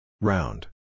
Round